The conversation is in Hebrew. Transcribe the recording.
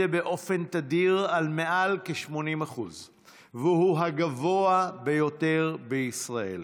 באופן תדיר על מעל לכ-80% והוא הגבוה ביותר בישראל.